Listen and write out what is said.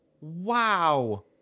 Wow